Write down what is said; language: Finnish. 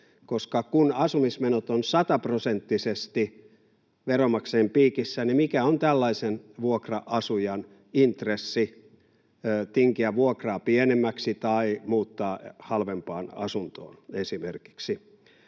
koska kun asumismenot ovat sataprosenttisesti veronmaksajien piikissä, niin mikä on tällaisen vuokra-asujan intressi esimerkiksi tinkiä vuokraa pienemmäksi tai muuttaa halvempaan asuntoon.